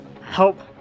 help